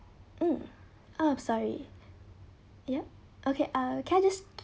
mm oh sorry yup okay uh can I just